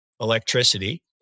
electricity